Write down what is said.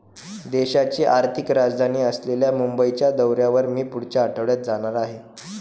देशाची आर्थिक राजधानी असलेल्या मुंबईच्या दौऱ्यावर मी पुढच्या आठवड्यात जाणार आहे